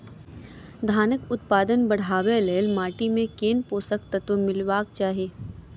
धानक उत्पादन बढ़ाबै लेल माटि मे केँ पोसक तत्व मिलेबाक चाहि?